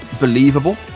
believable